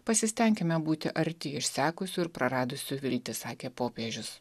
pasistenkime būti arti išsekusių ir praradusių viltį sakė popiežius